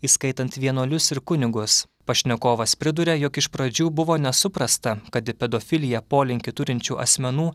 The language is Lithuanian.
įskaitant vienuolius ir kunigus pašnekovas priduria jog iš pradžių buvo nesuprasta kad į pedofiliją polinkių turinčių asmenų